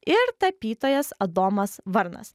ir tapytojas adomas varnas